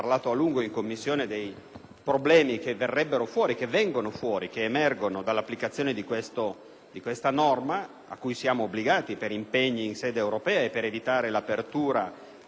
problemi che verrebbero fuori e che emergono dall'applicazione di questa norma a cui siamo obbligati per impegni assunti in sede europea e per evitare l'apertura di contenziosi